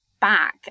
back